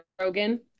Rogan